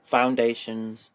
Foundations